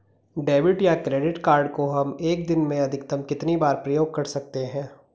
Debit या credit card को हम एक दिन में अधिकतम कितनी बार प्रयोग कर सकते हैं?